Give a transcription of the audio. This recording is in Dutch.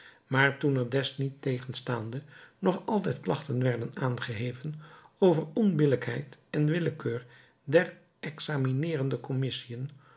maar toen er desniettegenstaande nog altijd klachten werden aangeheven over onbillijkheid en willekeur der examineerende commissiën